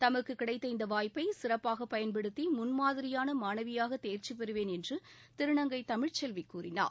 தமக்கு கிடைத்த இந்த வாய்ப்பை சிறப்பாக பயன்படுத்தி முன்மாதிரியான மாணவியாக தேர்ச்சி பெறுவேன் என்று திருநங்கை தமிழ்ச்செல்வி கூறினார்